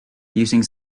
using